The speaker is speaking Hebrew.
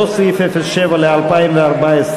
לאותו סעיף, 07, ב-2014.